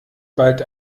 bald